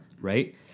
right